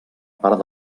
part